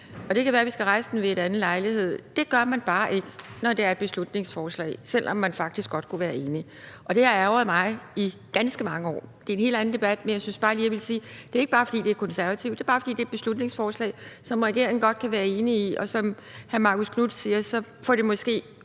– det kan være, vi skal rejse den ved en anden lejlighed. Det gør man bare ikke, når det er et beslutningsforslag, selv om man faktisk godt kunne være enig. Det har ærgret mig i ganske mange år. Det er en helt anden debat, men jeg synes bare lige, jeg ville sige, at det ikke bare er, fordi det er De Konservative, det er bare, fordi det er et beslutningsforslag, som regeringen godt kan være enig i, og som hr. Marcus Knuth siger, giver det måske